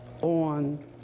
on